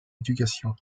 éducation